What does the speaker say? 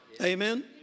Amen